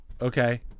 okay